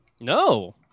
No